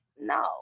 no